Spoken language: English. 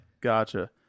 Gotcha